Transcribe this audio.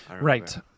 Right